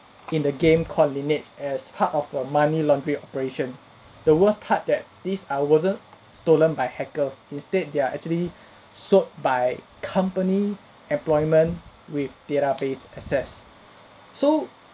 in the game coordinates as part of the money-laundering operation the worst part that these are wasn't stolen by hackers instead they are actually sold by company employment with database access so